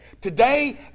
Today